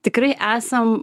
tikrai esam